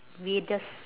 weirdest